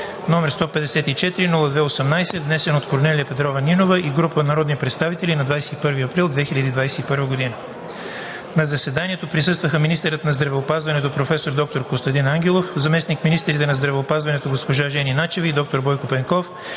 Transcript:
V“, № 154-01-43, внесен от Корнелия Петрова Нинова и група народни представители на 21 април 2021 г. На заседанието присъстваха министърът на здравеопазването: професор доктор Костадин Ангелов, заместник-министрите на здравеопазването госпожа Жени Начева и доктор Бойко Пенков;